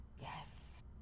yes